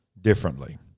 differently